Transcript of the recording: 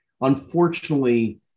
unfortunately